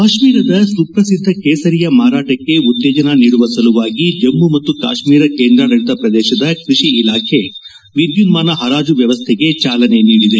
ಕಾಶ್ನೀರದ ಸುಪ್ರಸಿದ್ದ ಕೇಸರಿಯ ಮಾರಾಟಕ್ಕೆ ಉತ್ತೇಜನ ನೀಡುವ ಸಲುವಾಗಿ ಜಮ್ನು ಮತ್ತು ಕಾಶ್ನೀರ ಕೇಂದ್ರಾಡಳತ ಪ್ರದೇಶದ ಕೈಷಿ ಇಲಾಖೆ ವಿದ್ದುನ್ನಾನ ಪರಾಜು ವ್ಯವಸ್ಥೆಗೆ ಚಾಲನೆ ನೀಡಿದೆ